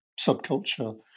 subculture